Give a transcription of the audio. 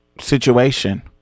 situation